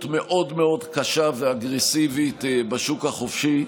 מאוד מאוד קשה ואגרסיבית בשוק החופשי,